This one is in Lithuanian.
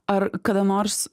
ar kada nors